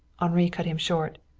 henri cut him short.